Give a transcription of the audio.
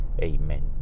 Amen